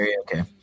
Okay